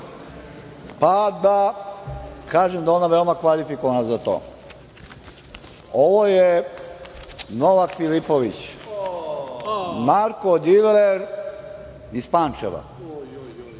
pa da kažem da je ona vrlo kvalifikovana za to. Ovo je Novak Filipović, narko diler iz Pančeva.